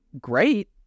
great